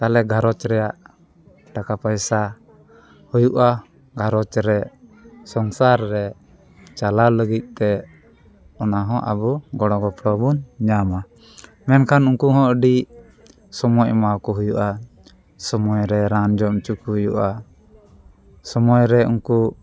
ᱛᱟᱦᱚᱞᱮ ᱜᱷᱟᱨᱚᱸᱡᱽ ᱨᱮᱭᱟᱜ ᱴᱟᱠᱟ ᱯᱚᱭᱥᱟ ᱦᱩᱭᱩᱜᱼᱟ ᱜᱷᱟᱨᱚᱸᱡᱽ ᱨᱮ ᱥᱚᱝᱥᱟᱨ ᱨᱮ ᱪᱟᱞᱟᱣ ᱞᱟᱹᱜᱤᱫ ᱛᱮ ᱚᱱᱟ ᱦᱚᱸ ᱟᱵᱚ ᱜᱚᱲᱚ ᱜᱚᱯᱚᱲᱚ ᱵᱚᱱ ᱧᱟᱢᱟ ᱢᱮᱱᱠᱷᱟᱱ ᱩᱱᱠᱩ ᱦᱚᱸ ᱟᱹᱰᱤ ᱥᱚᱢᱚᱭ ᱮᱢᱟ ᱟᱠᱚ ᱦᱩᱭᱩᱜᱼᱟ ᱥᱚᱢᱚᱭ ᱨᱮ ᱨᱟᱱ ᱡᱚᱢ ᱦᱚᱪᱚ ᱠᱚ ᱦᱩᱭᱩᱜᱼᱟ ᱥᱚᱢᱚᱭ ᱨᱮ ᱩᱱᱠᱩ